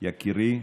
יקירי,